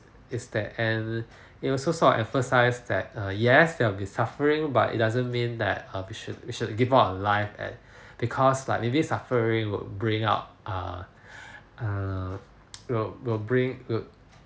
is that and it also sort of emphasizes that uh yes there will be suffering but it doesn't mean that uh we should we should give up on life and because like maybe suffering will bring out err err will will bring would